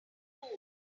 cold